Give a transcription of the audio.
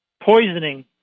Poisoning